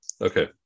Okay